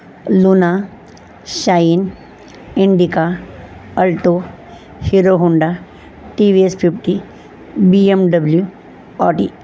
luna shine Indica alto Hero Honda TVS fifty BMW Audi